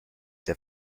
der